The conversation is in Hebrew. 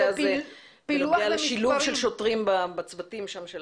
הזה בנוגע לשילוב של שוטרים בצוותים שם.